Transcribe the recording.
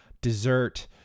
dessert